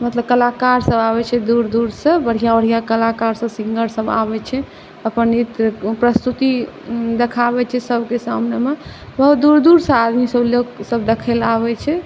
मतलब कलाकारसभ आबैत छै दूर दूरसँ बढ़िआँ बढ़िआँ कलाकारसभ सिंगरसभ आबैत छै अपन नृत्य प्रस्तुति देखाबैत छै सभके सामनेमे दूर दूरसँ लोक देखय लेल आबैत छै